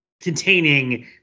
containing